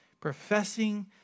Professing